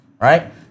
right